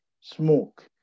smoke